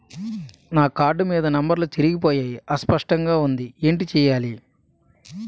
నా కార్డ్ మీద నంబర్లు చెరిగిపోయాయి అస్పష్టంగా వుంది ఏంటి చేయాలి?